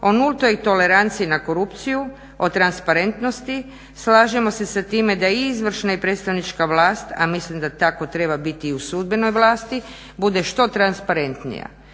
o nultoj toleranciji na korupciju, o transparentnosti, slažemo se sa time da i izvršna i predstavnička vlast, a mislim da tako treba biti i u sudbenoj vlasti, bude što transparentnija.